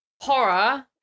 horror